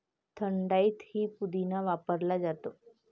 थंडाईतही पुदिना वापरला जातो